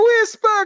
Whisper